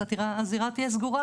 אז הזירה תהיה סגורה,